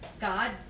God